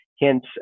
hence